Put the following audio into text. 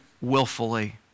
willfully